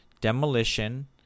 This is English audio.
demolition